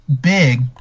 big